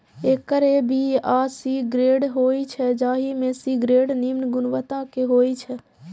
acre A, B आ C grade होइ छै, जाहि मे सी ग्रेड निम्न गुणवत्ता के होइ छै